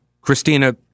Christina